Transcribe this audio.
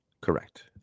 Correct